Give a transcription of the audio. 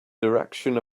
direction